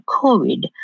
COVID